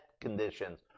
conditions